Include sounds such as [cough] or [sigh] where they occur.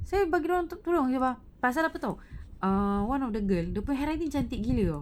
saya bagi dia orang tu [noise] pasal apa [tau] err one of the girl dia punya handwriting cantik gila oh